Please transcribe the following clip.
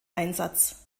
einsatz